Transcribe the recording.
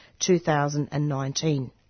2019